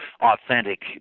authentic